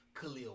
Khalil